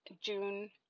June